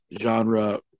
genre